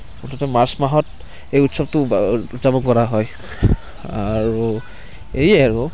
মুঠতে মাৰ্চ মাহত এই উৎসৱটো উদযাপন কৰা হয় আৰু এয়েই আৰু